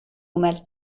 umel